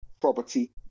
property